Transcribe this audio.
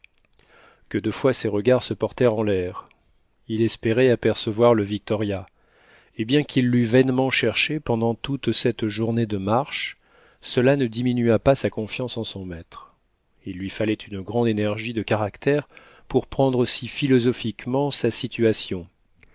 que de fois ses regards se portèrent en l'air il espérait apercevoir le victoria et bien qu'il l'eut vainement cherché pendant toute cette journée de marche cela ne diminua pas sa confiance en son maître il lui fallait une grande énergie de caractère pour prendre si philosophiquement sa situation